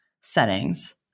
settings